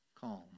calm